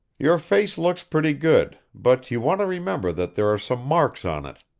your face looks pretty good, but you want to remember that there are some marks on it,